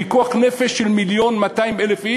פיקוח נפש של מיליון ו-200,000,